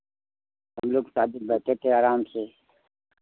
हम लोग शादी में बैठे थे आराम से